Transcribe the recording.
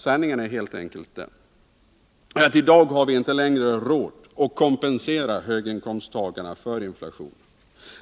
Sanningen är helt enkelt den att vi i dag inte har råd att kompensera höginkomsttagarna för inflationen.